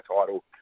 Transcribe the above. title